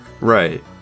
right